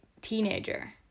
teenager